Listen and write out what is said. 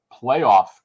playoff